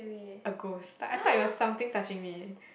a ghost like I thought it was something touching me